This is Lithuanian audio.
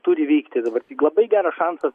turi veikti dabar tik labai geras šansas